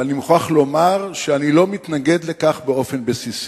ואני מוכרח לומר שאני לא מתנגד לכך באופן בסיסי,